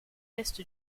l’est